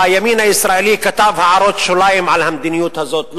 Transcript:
הימין הישראלי כתב הערות שוליים על המדיניות הזאת,